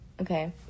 Okay